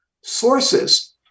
sources